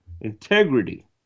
integrity